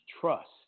trust